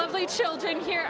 lovely children here